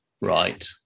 Right